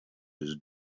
his